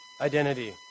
Identity